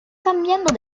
cambiando